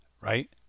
Right